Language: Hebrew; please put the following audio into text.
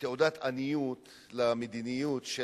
תעודת עניות למדיניות של